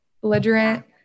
belligerent